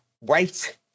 wait